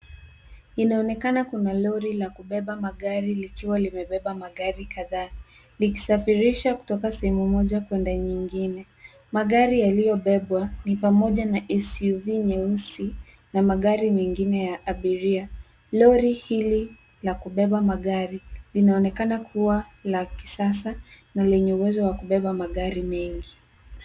Inaonekana kuna lori la kubeba magari likiwa limebeba magari kadhaa, likisafirisha kutoka sehemu moja kwenda nyingine. Magari yaliyobebwa ni pamoja na SUV nyeusi na magari mengine ya abiria. Lori hili la kubeba magari linaonekana kuwa la kisasa na lenye uwezo wa kubeba magari mengi.